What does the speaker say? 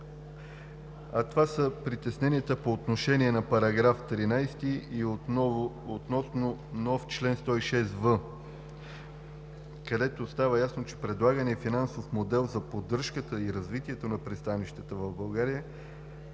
Това са притесненията по отношение на § 13 и относно нов чл. 106в, където става ясно, че предлагания финансов модел за поддръжката и развитието на пристанищата в България,